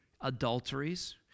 adulteries